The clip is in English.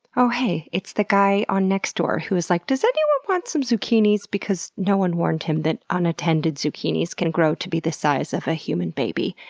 oh heeey, it's the guy on nextdoor who's like, does anyone want some zucchinis? because no one warned him that unattended zucchinis can grow to be the size of a human baby,